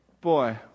Boy